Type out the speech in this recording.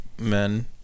men